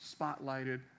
spotlighted